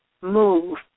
move